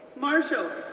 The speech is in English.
marshalls,